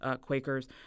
Quakers